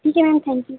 ठीक है ma'am thank you